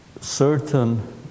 certain